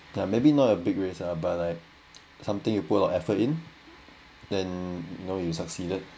ya maybe not a big risk ah but like something you put on effort in then you know you succeeded